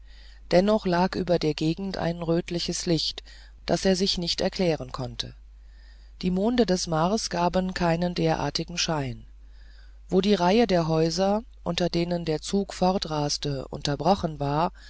dennoch lag über der gegend ein rötliches licht das er sich nicht erklären konnte die monde des mars gaben keinen derartigen schein wo die reihe der häuser unter denen der zug fortraste unterbrochen war